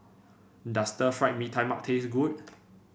does Stir Fried Mee Tai Mak taste good